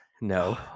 no